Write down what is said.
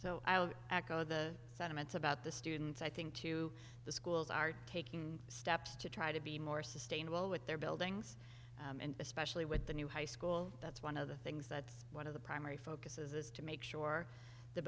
acknowledge the sentiments about the students i think too the schools are taking steps to try to be more sustainable with their buildings and especially with the new high school that's one of the things that's one of the primary focus is to make sure the